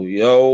yo